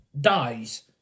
dies